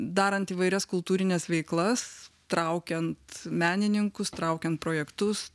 darant įvairias kultūrines veiklas traukiant menininkus traukiant projektus